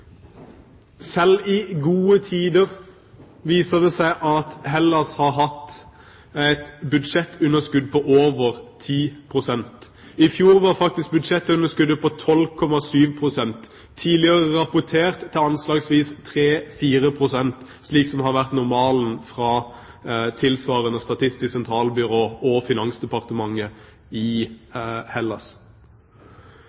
Selv i gode tider viser det seg at Hellas har hatt et budsjettunderskudd på over 10 pst. I fjor var faktisk budsjettunderskuddet på 12,7 pst., tidligere rapportert til anslagsvis 3–4 pst., slik som har vært normalen fra tilsvarende statistisk sentralbyrå og finansdepartementet i